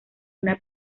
una